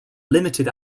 limited